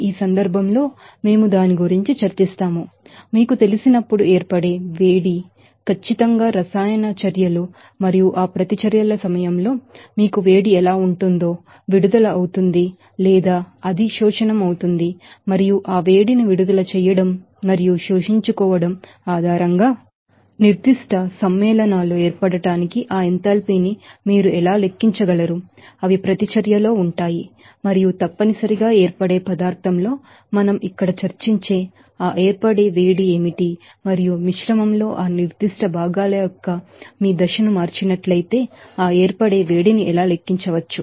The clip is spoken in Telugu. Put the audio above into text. ఈ సందర్భంలో మేము దాని గురించి చర్చిస్తాముఏర్పడే వేడి ఖచ్చితంగా రసాయన చర్యలు మరియు ఆ ప్రతిచర్యల సమయంలో మీకు వేడి ఎలా ఉంటుందో విడుదల అవుతుంది లేదా అధిశోషణం Absorptionఅడసోర్ప్షన్ అవుతుంది మరియు ఆ వేడిని విడుదల చేయడం మరియు శోషించుకోవడం ఆధారంగా నిర్దిష్ట కాంపౌండ్స్ ఏర్పడటానికి ఆ ఎంథాల్పీని మీరు ఎలా లెక్కించగలరు అవి ప్రతిచర్యలో ఉంటాయి మరియు తప్పనిసరిగా ఏర్పడే పదార్థంలో మనం ఇక్కడ చర్చించే ఆ ఏర్పడే వేడి ఏమిటి మరియు మిశ్రమంలో ఆ నిర్దిష్ట భాగాల యొక్క మీ ఫేస్ను మార్చినట్లయితే ఆ ఏర్పడే వేడిని ఎలా లెక్కించవచ్చు